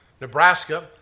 Nebraska